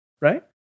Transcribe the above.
right